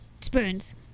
Spoons